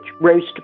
roast